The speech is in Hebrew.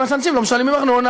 מכיוון שאנשים לא משלמים ארנונה.